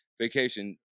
Vacation